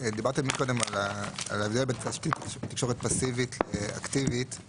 דיברתם על ההבדל בין תשתית תקשורת פסיבית לאקטיבית,